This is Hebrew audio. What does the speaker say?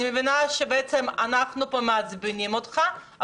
אני מבינה שבעצם אנחנו פה מעצבנים אותך,